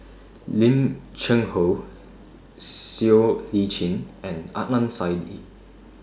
Lim Cheng Hoe Siow Lee Chin and Adnan Saidi